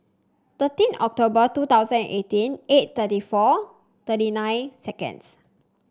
thirteen October two thousand and eighteen eight thirty four thirty nine seconds